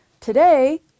Today